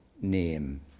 name